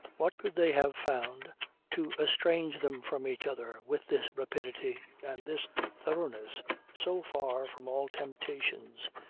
what could they have found to estrange them from each other with this rapidity and this thoroughness so far from all temptations,